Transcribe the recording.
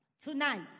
tonight